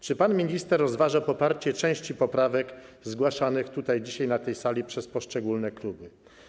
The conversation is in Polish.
Czy pan minister rozważa poparcie części poprawek zgłaszanych dzisiaj na tej sali przez poszczególne kluby?